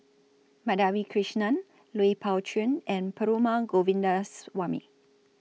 Madhavi Krishnan Lui Pao Chuen and Perumal Govindaswamy